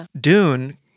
Dune